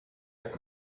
tak